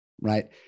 right